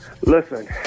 Listen